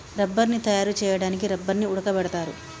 రబ్బర్ని తయారు చేయడానికి రబ్బర్ని ఉడకబెడతారు